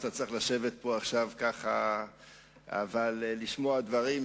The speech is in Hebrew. שאתה צריך לשבת פה ככה עכשיו ולשמוע דברים,